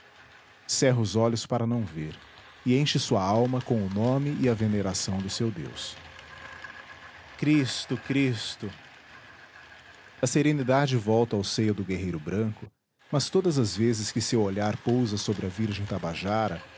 cerra os olhos para não ver e enche sua alma com o nome e a veneração do seu deus cristo cristo a serenidade volta ao seio do guerreiro branco mas todas as vezes que seu olhar pousa sobre a virgem tabajara